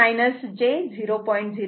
06 j 0